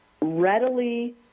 readily